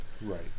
right